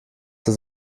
das